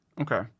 Okay